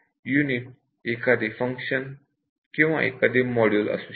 unit एखादे function किंवा एक मॉड्यूल असू शकते